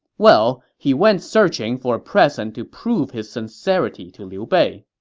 well, he went searching for a present to prove his sincerity to liu bei.